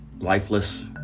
lifeless